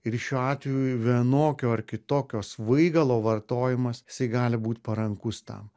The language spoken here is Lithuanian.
ir šiuo atveju vienokio ar kitokio svaigalo vartojimas jisai gali būt parankus tam